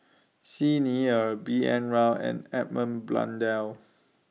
Xi Ni Er B N Rao and Edmund Blundell